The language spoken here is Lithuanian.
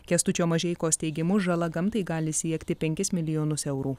kęstučio mažeikos teigimu žala gamtai gali siekti penkis milijonus eurų